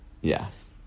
Yes